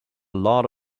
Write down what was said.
lot